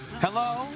Hello